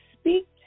Speak